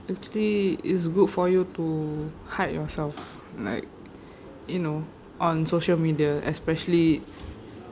actually is good for you to hide yourself like you know on social media especially